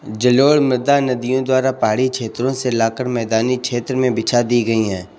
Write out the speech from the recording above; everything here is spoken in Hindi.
जलोढ़ मृदा नदियों द्वारा पहाड़ी क्षेत्रो से लाकर मैदानी क्षेत्र में बिछा दी गयी है